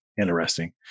interesting